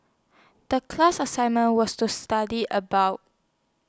The class assignment was to study about